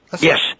Yes